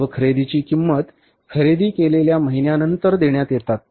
सर्व खरेदीची किंमत खरेदी केलेल्या महिन्यानंतर देण्यात येतात